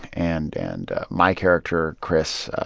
and and my character, chris,